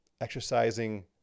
exercising